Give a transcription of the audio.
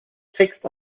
fixed